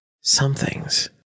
somethings